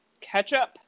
ketchup